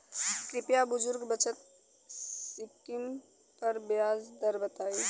कृपया बुजुर्ग बचत स्किम पर ब्याज दर बताई